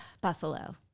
Buffalo